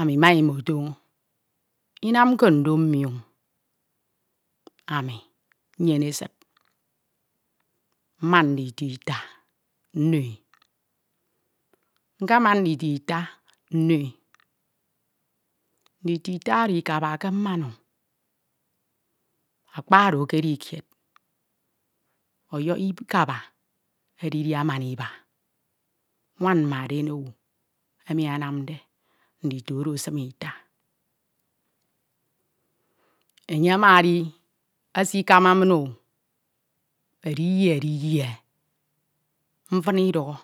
ami ma e imetoño inamke ndo mmio ami nnyene esid mman ndito ita nnoe ndito ita oro ikaba ke mmano akpa oro ekedi kied oyokho ikaba edidi amana iba nwan ima edinowu emi anamde ndito oro esim ita. Enye ama edi esikama mino mfana idọkhọ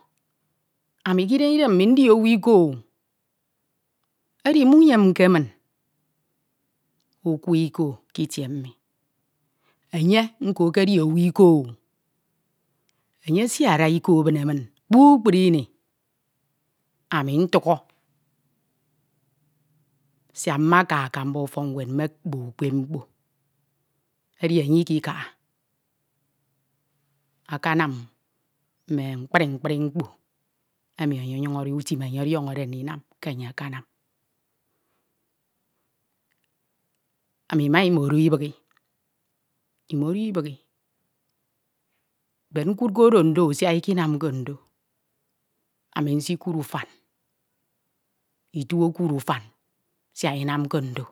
ami ke idem idem mi ndi owu iko o, edi mmuyemke min ukwe iko me itie mi enye nko ekedi ọwu iko o enye esidada iko ebine min kpukpru ini ami ntwaha siak mme aka akamba ufok nwed mme bo ukpep mkpo enye ikikaha akanam mme mkpri mkpri mkpo emi emyuñ enye onyañ ọdiọñọde ndinam ami ma ei imedo ibighi imedo ibighe bed nkuudke oro ndo siak ukinamke ndo nkukuud ufan itu okaad ufan siak inamke ndo